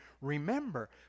remember